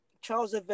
Charles